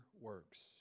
works